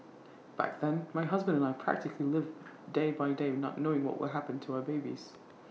back then my husband and I practically lived day by day not knowing what will happen to our babies